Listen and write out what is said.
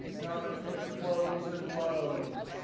now i'm at a click close and load.